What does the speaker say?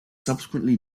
subsequently